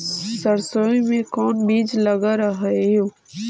सरसोई मे कोन बीज लग रहेउ?